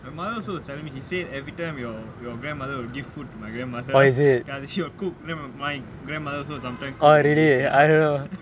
my mother was also telling me he said everytime your your grandmother would give food to my grandmother ya said she will cook my grandmother also sometimes cook and give